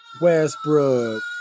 Westbrook